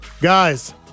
Guys